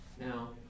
Now